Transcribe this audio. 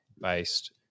based